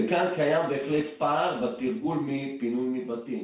וכאן קיים באמת פער בתרגול מפינוי מבתים.